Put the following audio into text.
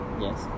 yes